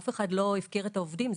אף אחד לא הפקיר את העובדים.